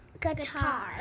Guitar